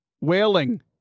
wailing